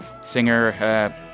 singer